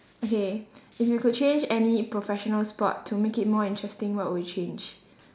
okay if you could change any professional sport to make it more interesting what would you change